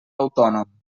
autònom